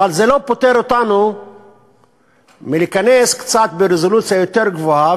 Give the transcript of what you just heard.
אבל זה לא פוטר אותנו מלהיכנס קצת ברזולוציה יותר גבוהה,